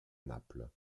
naples